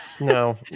No